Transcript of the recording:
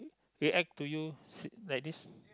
react to you s~ like this